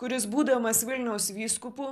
kuris būdamas vilniaus vyskupu